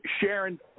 Sharon